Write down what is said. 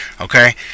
okay